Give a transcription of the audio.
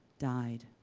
dyed,